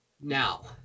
Now